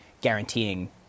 guaranteeing